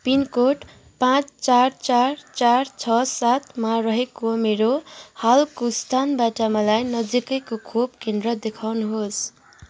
pin code पाँच चार चार चार छ सातमा रहेको मेरो हालको स्थानबाट मलाई नजिकैको खोप केन्द्र देखाउनुहोस्